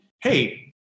hey